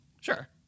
Sure